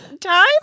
time